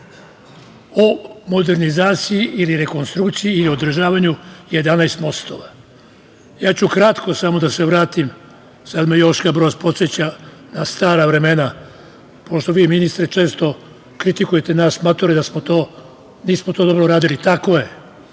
o modernizaciji i rekonstrukciji i održavanju 11 mostova. Ja ću kratko samo da se vratim na stara vremena, pošto vi, ministre, često kritikujete nas matore da nismo to dobro uradili. Tako je,